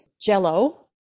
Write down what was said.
jello